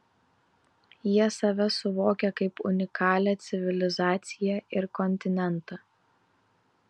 jie save suvokia kaip unikalią civilizaciją ir kontinentą